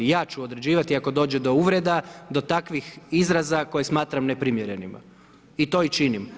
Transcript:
Ja ću određivati ako dođe do uvreda, do takvih izraza koje smatram neprimjerenima i to i činim.